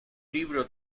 libro